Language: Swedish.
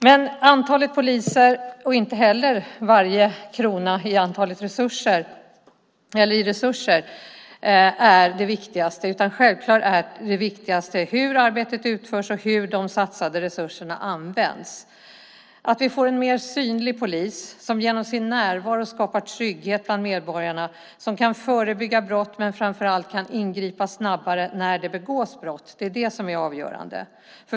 Men det viktigaste är inte antalet poliser och inte heller varje krona i resurser. Det viktigaste är självfallet hur arbetet utförs och hur de satsade resurserna används. Att vi får en mer synlig polis som genom sin närvaro skapar trygghet bland medborgarna och som kan förebygga brott och framför allt ingripa snabbare när brott begås är det som är det avgörande.